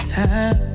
time